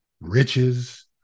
riches